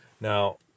Now